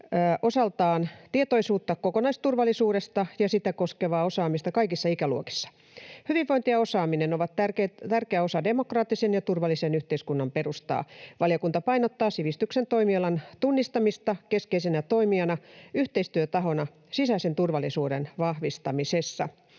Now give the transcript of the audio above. osaltaan tietoisuutta kokonaisturvallisuudesta ja sitä koskevaa osaamista kaikissa ikäluokissa. Hyvinvointi ja osaaminen ovat tärkeä osa demokraattisen ja turvallisen yhteiskunnan perustaa. Valiokunta painottaa sivistyksen toimialan tunnistamista keskeisenä toimijana ja yhteistyötahona sisäisen turvallisuuden vahvistamisessa.